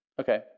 okay